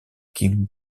kim